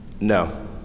No